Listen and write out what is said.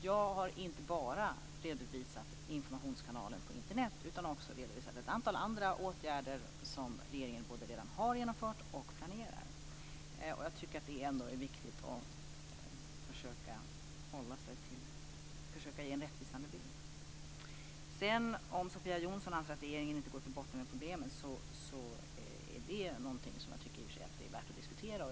Jag har inte bara redovisat informationskanalen på Internet utan också ett antal andra åtgärder som regeringen både redan har genomfört och planerar. Det är viktigt att ge en rättvisande bild. Om Sofia Jonsson anser att regeringen inte går till botten med problemen, så är det något som jag tycker är värt att diskutera.